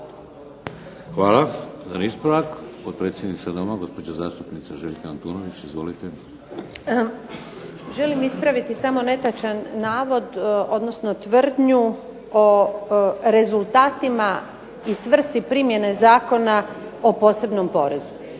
Hvala. Jedan ispravak, potpredsjednica Doma gospođa zastupnica Željka Antunović. Izvolite. **Antunović, Željka (SDP)** Želim ispraviti samo netočan navod, odnosno tvrdnju o rezultatima i svrsi primjene Zakona o posebnom porezu.